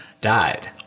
died